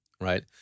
right